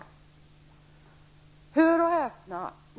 Men hör och häpna!